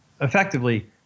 effectively